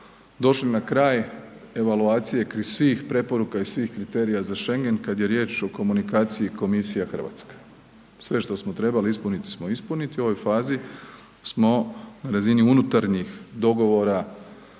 došli na kraj evaluacije kraj svih preporuka i svih kriterija za schengen kada je riječ o komunikaciji Komisija-Hrvatska. Sve što smo trebali ispuniti smo ispunili, u ovoj fazi smo na razini unutarnjih dogovora